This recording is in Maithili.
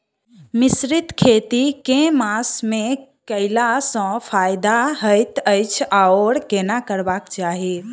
मिश्रित खेती केँ मास मे कैला सँ फायदा हएत अछि आओर केना करबाक चाहि?